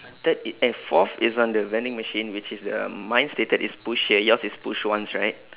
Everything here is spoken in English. third i~ and fourth is on the vending machine which is the mine stated is push here yours is push once right